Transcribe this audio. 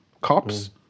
Cops